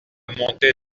montée